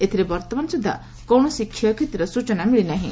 ଏଥିରେ ବର୍ତ୍ତମାନ ସୁଦ୍ଧା କୌଣସି କ୍ଷୟକ୍ଷତିର ସ୍ଟଚନା ମିଳିନାହିଁ